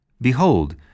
Behold